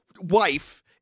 wife